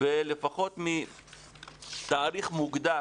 ולפחות מתאריך מוגדר